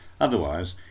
Otherwise